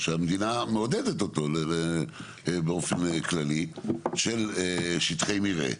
שהמדינה מעודדת אותו, באופן כללי, של שטחי מרעה.